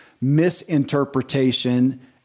misinterpretation